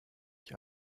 ich